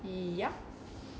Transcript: ya